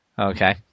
okay